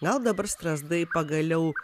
gal dabar strazdai pagaliau